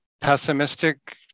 pessimistic